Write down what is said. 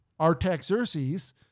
Artaxerxes